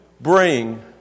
bring